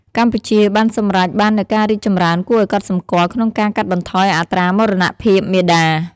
កម្ពុជាបានសម្រេចបាននូវការរីកចម្រើនគួរឱ្យកត់សម្គាល់ក្នុងការកាត់បន្ថយអត្រាមរណភាពមាតា។